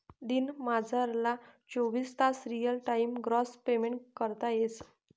दिनमझारला चोवीस तास रियल टाइम ग्रास पेमेंट करता येस